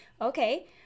okay